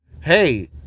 hey